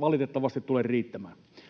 valitettavasti tule riittämään.